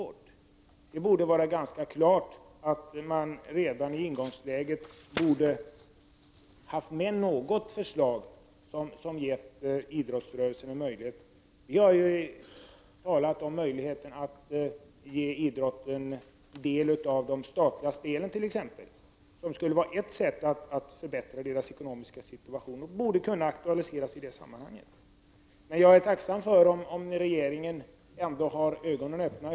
Det borde stå ganska klart att man redan i ingångsskedet borde ha haft något förslag som ger idrottsrörelsen en möjlighet. Vi har t.ex. talat om möjligheten att ge idrottsrörelsen del av de statliga spelen. Det är ett sätt att förbättra idrottsrörelsens ekonomiska situation, som borde kunna aktualiseras i detta sammanhang. Jag är tacksam om regeringen ändå har ögonen öppna.